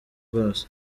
bwose